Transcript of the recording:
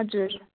हजुर